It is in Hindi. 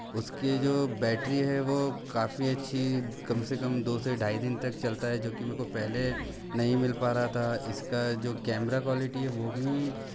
उसके जो बैटरी है वो काफ़ी अच्छी कम से कम दौ से ढ़ाई दिन तक चलता है जो की मेको पहले नहीं मिल पा रहा था इसका जो कैमरा क्वालिटी है वो भी